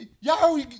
y'all